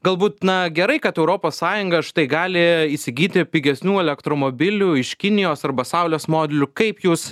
galbūt na gerai kad europos sąjunga štai gali įsigyti pigesnių elektromobilių iš kinijos arba saulės modulių kaip jūs